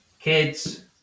kids